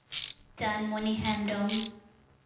Chandmoni Hembrom